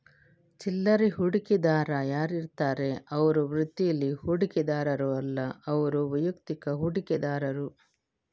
ಚಿಲ್ಲರೆ ಹೂಡಿಕೆದಾರ ಯಾರಿರ್ತಾರೆ ಅವ್ರು ವೃತ್ತೀಲಿ ಹೂಡಿಕೆದಾರರು ಅಲ್ಲ ಅವ್ರು ವೈಯಕ್ತಿಕ ಹೂಡಿಕೆದಾರರು